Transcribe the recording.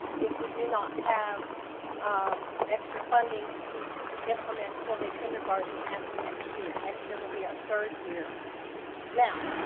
if we do not have um extra funding to implement full day kindergarten after next year next year will be our third year now,